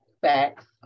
Facts